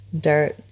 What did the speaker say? dirt